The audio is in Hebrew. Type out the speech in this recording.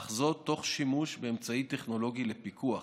אך זאת תוך שימוש באמצעי טכנולוגי לפיקוח.